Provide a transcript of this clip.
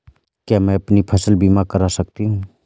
क्या मैं अपनी फसल बीमा करा सकती हूँ?